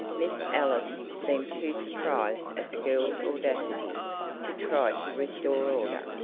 miss ellis seemed too surprised at the girl's audacity to try to restore order.